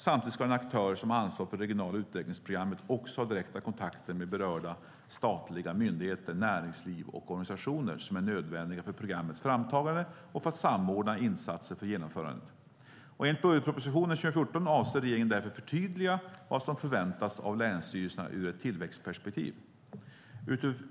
Samtidigt ska den aktör som har ansvar för det regionala utvecklingsprogrammet också ha direkta kontakter med berörda statliga myndigheter, näringsliv och organisationer som är nödvändiga för programmets framtagande och för att samordna insatser för genomförandet. Enligt budgetpropositionen 2014 avser regeringen därför att förtydliga vad som förväntas av länsstyrelserna ur ett tillväxtperspektiv.